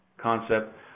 concept